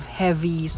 heavy